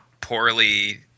poorly